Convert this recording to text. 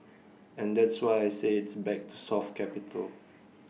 and that's why I say it's back to soft capital